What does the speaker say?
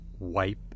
Wipe